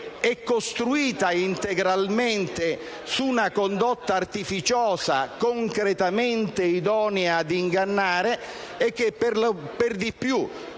è costruita integralmente su una condotta artificiosa, concretamente idonea ad ingannare; per di più,